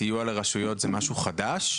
הסיוע לרשויות זה משהו חדש?